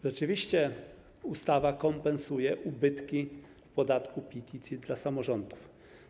Rzeczywiście ustawa kompensuje ubytki w podatku PIT i CIT dla samorządów.